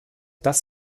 das